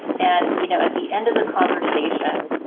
and you know, at the end of the conversation